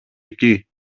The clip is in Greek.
εκεί